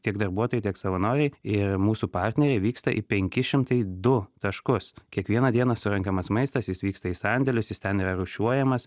tiek darbuotojai tiek savanoriai ir mūsų partneriai vyksta į penki šimtai du taškus kiekvieną dieną surenkamas maistas jis vyksta į sandėlius jis ten yra rūšiuojamas